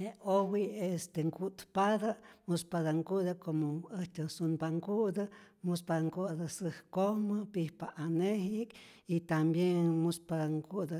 Je owi' este nku'tpatä muspatä nku'tä como äjtyä sunpa nku'tä, muspa nku'tä säjkojmä pijpa aneji'k y tambien muspatä nku'tä